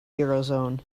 eurozone